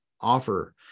offer